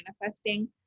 manifesting